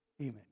Amen